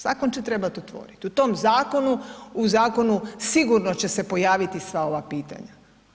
Zakon će trebati otvoriti, u tom zakonu, u zakonu sigurno će se pojaviti sva ova pitanja.